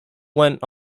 went